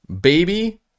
baby